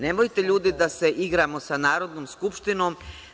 Nemojte ljudi da se igramo sa Narodnom skupštinom.